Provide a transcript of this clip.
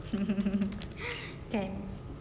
kan